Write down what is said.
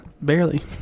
Barely